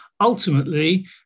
Ultimately